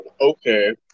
Okay